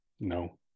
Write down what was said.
No